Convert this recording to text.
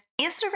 Instagram